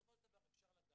בסופו של דבר אפשר לטפל